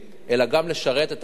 אלא גם משרתת את האזרחים.